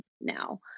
now